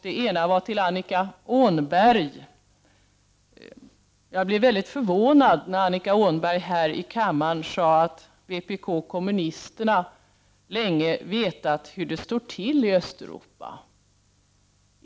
Den ena var att Annika Åhnberg sade att vpk, kommunisterna, länge vetat hur det står till i Östeuropa. Jag blev verkligen förvånad när jag hörde det.